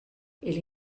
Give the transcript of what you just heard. ele